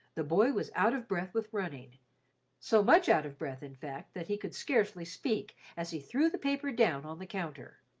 the boy was out of breath with running so much out of breath, in fact, that he could scarcely speak as he threw the paper down on the counter.